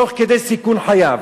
תוך כדי סיכון חייו.